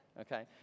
Okay